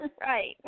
right